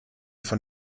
von